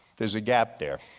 there's a gap there